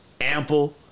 ample